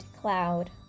cloud